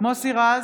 מוסי רז,